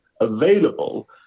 available